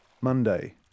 Monday